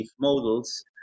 models